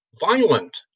violent